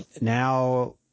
now